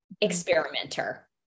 experimenter